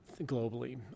globally